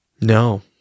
No